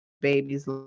baby's